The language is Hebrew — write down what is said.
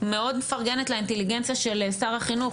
מאוד מפרגנת לאינטליגנציה של שר החינוך,